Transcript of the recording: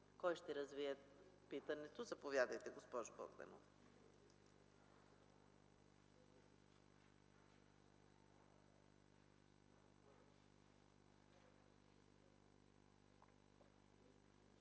Кой ще развие питането? Заповядайте, госпожо Богданова.